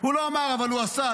הוא לא אמר אבל הוא עשה.